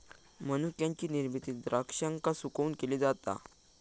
मनुक्याची निर्मिती द्राक्षांका सुकवून केली जाता